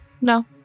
no